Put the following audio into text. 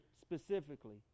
specifically